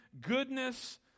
goodness